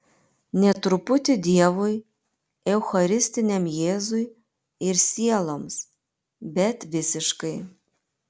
ne truputį dievui eucharistiniam jėzui ir sieloms bet visiškai